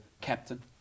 captain